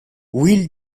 will